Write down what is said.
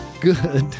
good